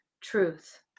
truth